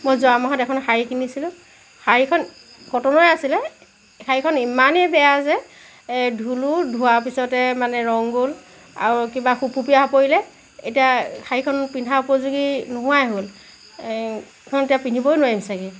মই যোৱা মাহত এখন শাৰী কিনিছিলোঁ শাৰীখন কটনৰে আছিলে শাৰীখন ইমানেই বেয়া যে এ ধুলোঁ ধোৱাৰ পিছতে মানে ৰং গ'ল আৰু কিবা সুপসুপীয়া হৈ পৰিলে এতিয়া শাৰীখন পিন্ধাৰ উপযোগী নোহোৱাই হ'ল এ সেইখন এতিয়া পিন্ধিবই নোৱাৰিম চাগৈ